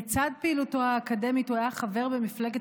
לצד פעילותו האקדמית הוא היה חבר במפלגת